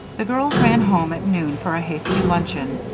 the girls ran home at noon for a hasty luncheon.